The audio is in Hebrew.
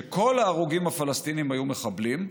שכל ההרוגים הפלסטינים היו מחבלים.